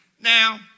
Now